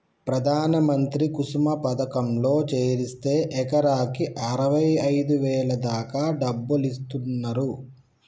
ప్రధాన మంత్రి కుసుమ పథకంలో చేరిస్తే ఎకరాకి అరవైఐదు వేల దాకా డబ్బులిస్తున్నరు